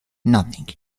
nothing